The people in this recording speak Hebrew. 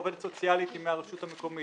העובדת הסוציאלית היא מהרשות המקומית.